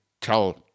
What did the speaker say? tell